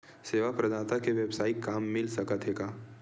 सेवा प्रदाता के वेवसायिक काम मिल सकत हे का?